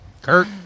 Kurt